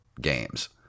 games